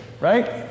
right